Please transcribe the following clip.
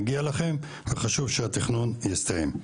מגיע לכם וחשוב שהתכנון יסתיים.